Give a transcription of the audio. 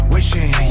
Wishing